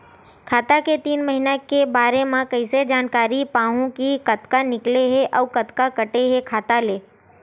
खाता के तीन महिना के बारे मा कइसे जानकारी पाहूं कि कतका निकले हे अउ कतका काटे हे खाता ले?